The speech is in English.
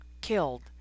Killed